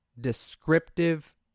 descriptive